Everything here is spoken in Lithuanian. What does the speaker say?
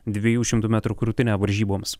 dviejų šimtų metrų krūtine varžyboms